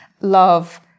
Love